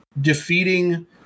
defeating